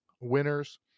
winners